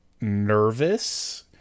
nervous